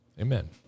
amen